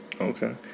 okay